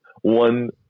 one